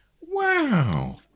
wow